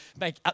make